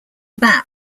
that